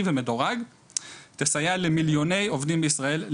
ומדורג תסייע למיליוני משפחות בישראל.